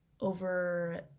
over